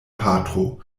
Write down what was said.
patro